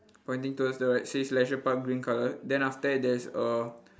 pointing towards the right says leisure park green colour then after that there's a